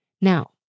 Now